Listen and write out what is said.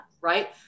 right